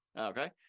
Okay